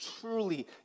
truly